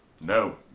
No